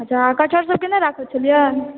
कठहर सबके नहि राखै छलियै